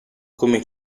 come